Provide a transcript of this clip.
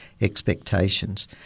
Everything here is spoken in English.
expectations